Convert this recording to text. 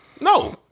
no